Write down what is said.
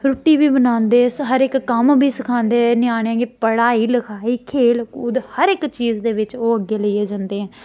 रुट्टी बी बनांदे हर इक कम्म बी सखांदे ञ्यानें गी पढ़ाई लखाई खेल कूद हर इक चीज़ दे बिच्च ओह् अग्गें लेइयै जंदे ऐ